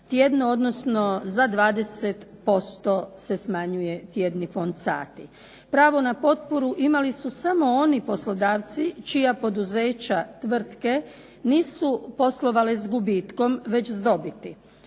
tjedno, odnosno za 20% se smanjuje tjedni fond sati. Pravo na potporu imali su samo oni poslodavci čija poduzeća, tvrtke nisu poslovale s gubitkom već s dobiti.